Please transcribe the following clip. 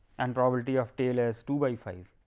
and probability of tail as two by five.